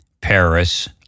Paris